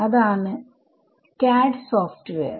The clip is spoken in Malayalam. അതാണ് CAD സോഫ്റ്റ്വെയർ